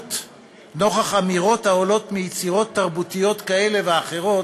אי-נוחות נוכח אמירות העולות מיצירות תרבות כאלה ואחרות,